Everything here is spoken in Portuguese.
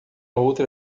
outra